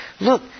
look